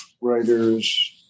writers